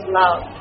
love